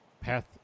path